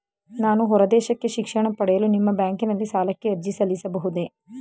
ನಾನು ಹೊರದೇಶಕ್ಕೆ ಶಿಕ್ಷಣ ಪಡೆಯಲು ನಿಮ್ಮ ಬ್ಯಾಂಕಿನಲ್ಲಿ ಸಾಲಕ್ಕೆ ಅರ್ಜಿ ಸಲ್ಲಿಸಬಹುದೇ?